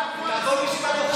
תעבוד בשביל הבוחרים שלך.